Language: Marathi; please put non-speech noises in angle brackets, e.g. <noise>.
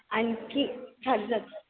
आणखी <unintelligible>